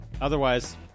Otherwise